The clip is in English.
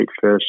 fish